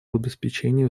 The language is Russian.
обеспечении